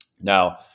Now